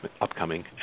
upcoming